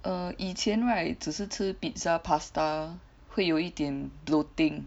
err 以前 right 只是吃 pizza pasta 会有一点 bloating